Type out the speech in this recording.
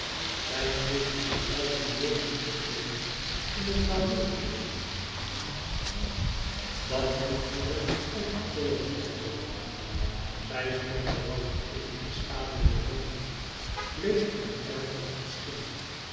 zij slipte de zuilen door en verdween in het laurierenbosch dat donkerde om apollo's tempel zij stond er wachtende in de schaduw der boomen bleek en ijl als een schim